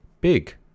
Big